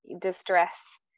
distress